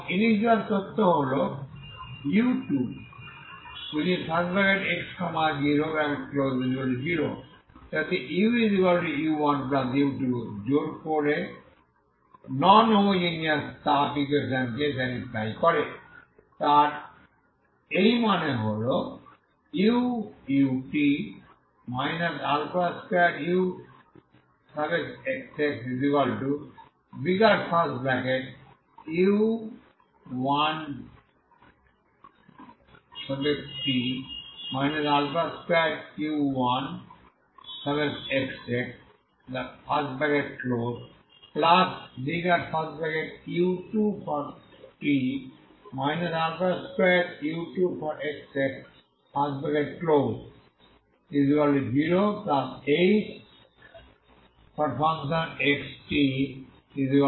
এবং ইনিশিয়াল তথ্য হল u2x00 যাতে uu1u2 জোর করে নন হোমোজেনিয়াস তাপ ইকুয়েশন কে স্যাটিসফাই করে